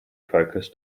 focus